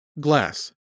glass